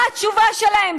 מה התשובה שלהם?